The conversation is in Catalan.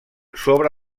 sobre